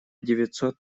девятьсот